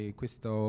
questo